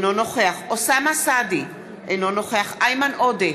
אינו נוכח אוסאמה סעדי, אינו נוכח איימן עודה,